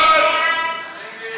סעיף 20,